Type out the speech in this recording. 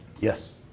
Yes